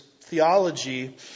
theology